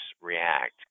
react